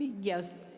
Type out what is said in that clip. yes.